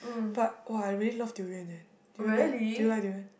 but !wow! I really love durian eh do you like do you like durian